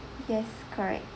yes correct